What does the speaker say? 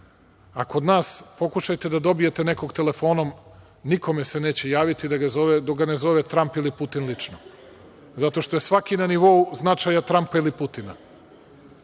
Kod nas pokušajte da dobijete nekog telefonom, nikome se neće javiti dok ga ne zove Tramp ili Putin lično, zato što svaki na nivou značaja Trampa ili Putina.